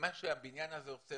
ממה שהבניין הזה עושה,